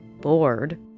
bored